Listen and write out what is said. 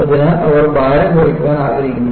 അതിനാൽ അവർ ഭാരം കുറയ്ക്കാൻ ആഗ്രഹിക്കുന്നു